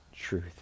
truth